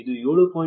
ಇದು 7